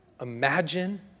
Imagine